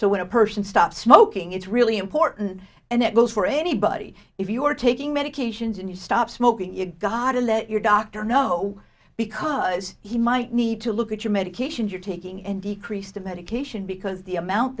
so when a person stops smoking it's really important and that goes for anybody if you are taking medications and you stop smoking you've got to let your doctor know because he might need to look at your medications you're taking and decrease the medication because the amount